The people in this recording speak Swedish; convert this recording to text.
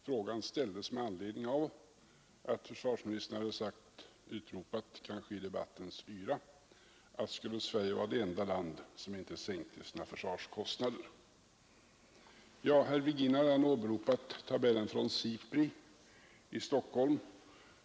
Frågan ställdes med anledning av att försvarsministern hade frågat — kanske i debattens yra — om Sverige skulle vara det enda land som inte sänkte sina försvarskostnader. Herr Virgin har redan åberopat tabellen från SIPRI i Stockholm.